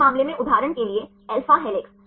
छात्र alpha helix